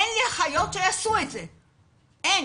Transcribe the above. אין לי אחיות שיעשו את זה, אין.